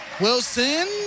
Wilson